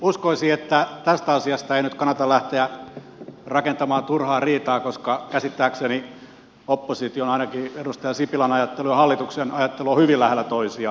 uskoisi että tästä asiasta ei nyt kannata lähteä rakentamaan turhaa riitaa koska käsittääkseni opposition ainakin edustaja sipilän ajattelu ja hallituksen ajattelu ovat hyvin lähellä toisiaan